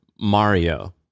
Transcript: mario